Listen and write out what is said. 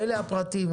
אלה הפרטים,